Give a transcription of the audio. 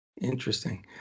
Interesting